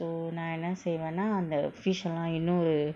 so நா என்ன செய்வனா அந்த:na enna seivana andtha fish lah இன்னொரு:innoru